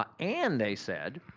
um and they said,